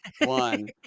one